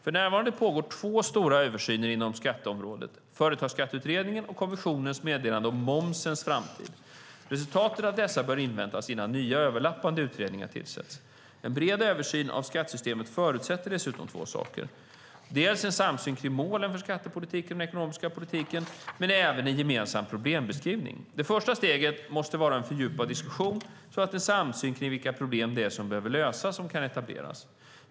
För närvarande pågår två stora översyner inom skatteområdet, Företagsskatteutredningen och kommissionens meddelande om momsens framtid. Resultaten av dessa bör inväntas innan nya, överlappande utredningar tillsätts. En bred översyn av skattesystemet förutsätter dessutom två saker, dels en samsyn kring målen för skattepolitiken och den ekonomiska politiken, dels en gemensam problembeskrivning. Det första steget måste vara en fördjupad diskussion så att en samsyn kring vilka problem det är som behöver lösas kan etableras.